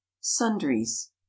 Sundries